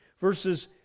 verses